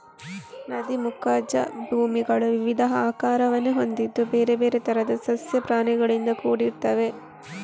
ನದಿ ಮುಖಜ ಭೂಮಿಗಳು ವಿವಿಧ ಆಕಾರವನ್ನು ಹೊಂದಿದ್ದು ಬೇರೆ ಬೇರೆ ತರದ ಸಸ್ಯ ಪ್ರಾಣಿಗಳಿಂದ ಕೂಡಿರ್ತವೆ